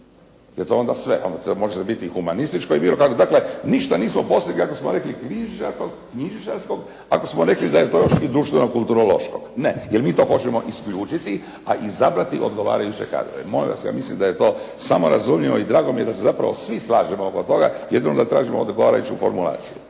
Je li to onda sve? Onda to može biti i humanističko i bilo kakvo. Dakle, ništa nismo postigli ako smo rekli knjižničarskog, ako smo rekli da je to još i društveno kulturološko. Ne, jer mi to hoćemo isključiti, a izabrati odgovarajuće kadrove. Molim vas, ja mislim da je to samo razumljivo i drago mi je da se zapravo svi slažemo oko toga. Jedino da tražimo odgovarajuću formulaciju.